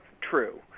true